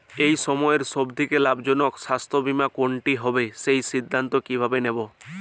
এই সময়ের সব থেকে লাভজনক স্বাস্থ্য বীমা কোনটি হবে সেই সিদ্ধান্ত কীভাবে নেব?